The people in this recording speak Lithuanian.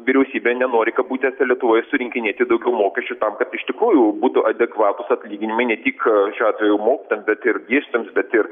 vyriausybė nenori kabutėse lietuvoje surinkinėti daugiau mokesčių tam kad iš tikrųjų būtų adekvatūs atlyginimai ne tik šiuo atveju mokytojams bet ir dėstytojams bet ir